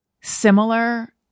similar